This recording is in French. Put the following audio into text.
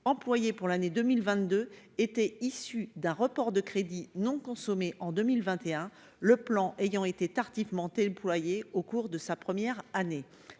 employé pour l'année 2022 était issu d'un report de crédits non consommés en 2021, le plan ayant été tardif monter le poulailler au cours de sa première année